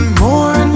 more